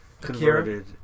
Converted